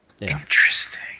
Interesting